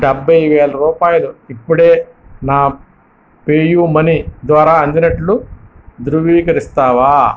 డెబ్భై వేల రూపాయలు ఇప్పుడే నా పేయూమనీ ద్వారా అందినట్లు ధృవీకరిస్తావా